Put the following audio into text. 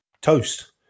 toast